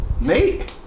Nate